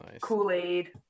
kool-aid